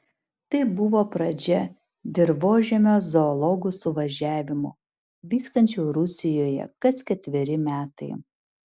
tai buvo pradžia dirvožemio zoologų suvažiavimų vykstančių rusijoje kas ketveri metai